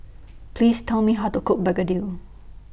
Please Tell Me How to Cook Begedil